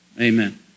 Amen